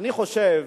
אני חושב